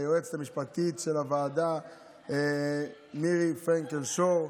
ליועצת המשפטית של הוועדה מירי פרנקל שור,